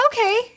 Okay